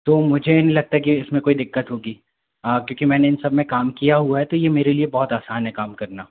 तो मुझे नहीं लगता है कि इसमें कोई दिक़्क़त होगी क्योंकि मैंने इन सबमें काम किया हुआ है तो ये मेरे लिए बहुत आसान है काम करना